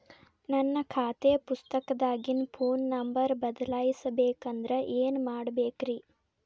ನನ್ನ ಖಾತೆ ಪುಸ್ತಕದಾಗಿನ ಫೋನ್ ನಂಬರ್ ಬದಲಾಯಿಸ ಬೇಕಂದ್ರ ಏನ್ ಮಾಡ ಬೇಕ್ರಿ?